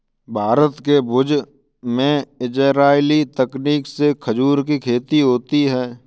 भारत के भुज में इजराइली तकनीक से खजूर की खेती होती है